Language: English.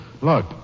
Look